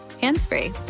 hands-free